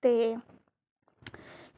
ते